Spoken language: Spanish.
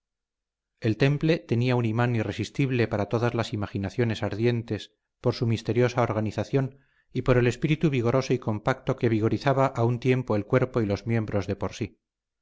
el temple tenía un imán irresistible para todas las imaginaciones ardientes por su misteriosa organización y por el espíritu vigoroso y compacto que vigorizaba a un tiempo el cuerpo y los miembros de por sí